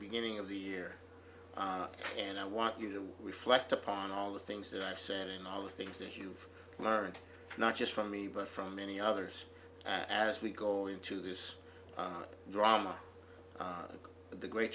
beginning of the year and i want you to reflect upon all the things that i've said and all the things that you've learned not just from me but from many others as we go into this drama the great